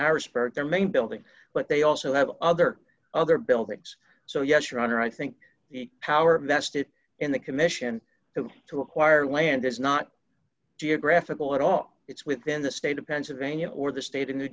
harrisburg their main building but they also have other other buildings so yes your honor i think the power vested in the commission who to acquire land is not geographical at all it's within the state of pennsylvania or the state of new